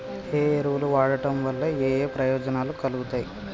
ఏ ఎరువులు వాడటం వల్ల ఏయే ప్రయోజనాలు కలుగుతయి?